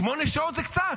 שמונה שעות זה קצת.